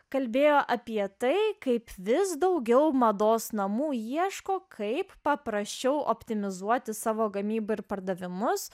kalbėjo apie tai kaip vis daugiau mados namų ieško kaip paprasčiau optimizuoti savo gamybą ir pardavimus